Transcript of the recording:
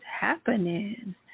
happening